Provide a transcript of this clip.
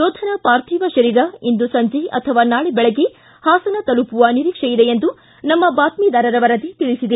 ಯೋಧನ ಪಾರ್ಥಿವ ಶರೀರ ಇಂದು ಸಂಜೆ ಅಥವಾ ನಾಳೆ ಬೆಳಗ್ಗೆ ಹಾಸನ ತಲುಪುವ ನಿರೀಕ್ಷೆಯಿದೆ ಎಂದು ನಮ್ಮ ಬಾತ್ಮಿದಾರರ ವರದಿ ತಿಳಿಸಿದೆ